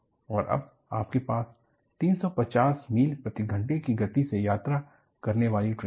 और अब आपके पास 350 मील प्रति घंटे की गति से यात्रा करने वाली ट्रेनें हैं